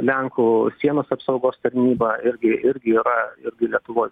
lenkų sienos apsaugos tarnyba irgi irgi yra irgi lietuvoj